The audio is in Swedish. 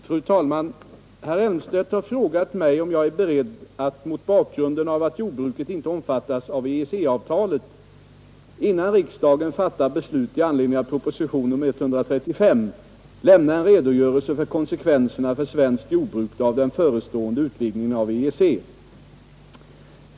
Fru talman! Herr Elmstedt har frågat mig om jag är beredd att — mot bakgrunden av att jordbruket inte omfattas av EEC-avtalet — innan riksdagen fattar beslut i anledning av propositionen 135 lämna en redogörelse för konsekvenserna för svenskt jordbruk av den förestående utvidgningen av EEC.